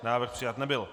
Návrh přijat nebyl.